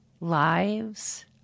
lives